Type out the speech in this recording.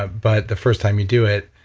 ah but the first time you do it,